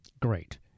Great